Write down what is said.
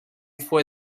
fue